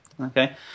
Okay